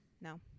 No